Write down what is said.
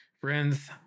Friends